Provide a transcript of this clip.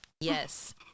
Yes